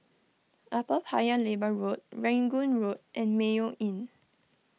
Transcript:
Upper Paya Lebar Road Rangoon Road and Mayo Inn